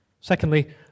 Secondly